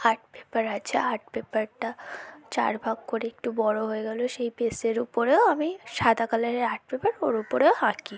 art paper আছে art পেপারটা চার ভাগ করে একটু বড়ো হয়ে গেলো সেই পেসের উপরেও আমি সাদা কালারের আর্ট পেপার ওর উপরেও আঁকি